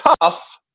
tough